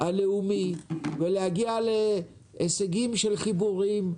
הלאומי כדי להגיע להישגים של חיבורים.